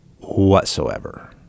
whatsoever